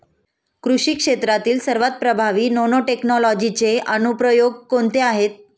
कृषी क्षेत्रातील सर्वात प्रभावी नॅनोटेक्नॉलॉजीचे अनुप्रयोग कोणते आहेत?